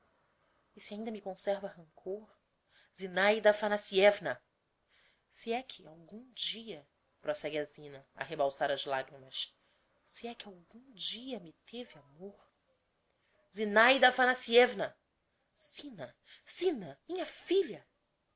e se ainda me conserva rancor zinaida aphanassiévna se é que algum dia prosegue a zina a rebalsar as lagrimas se é que algum dia me teve amor zinaida aphanassievna zina zina minha filha